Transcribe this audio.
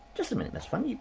just a minute, ms funn. you